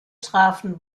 trafen